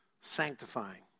sanctifying